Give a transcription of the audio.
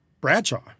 Bradshaw